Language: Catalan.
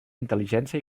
intel·ligència